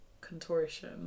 contortion